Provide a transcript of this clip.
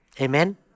Amen